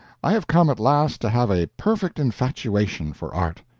i have come at last to have a perfect infatuation for art.